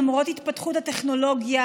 למרות התפתחות הטכנולוגיה,